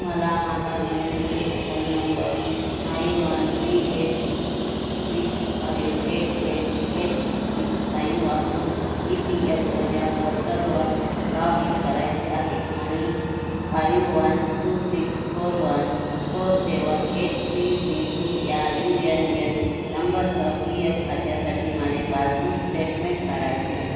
मला माझा नोंदणीकृत phone number nine one three eight six five eight eight eight six nine वापरून E P F ओच्या पोर्टलवर लॉग इन करायचे आहे आणि five one two six four one four seven eight three three three या यू येन येन नंबरसह P F खात्यासाठी माझे पासबुक स्टेटमेंट काढायचे आहे